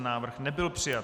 Návrh nebyl přijat.